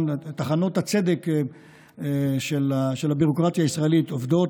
טחנות הצדק של הביורוקרטיה הישראלית עובדות,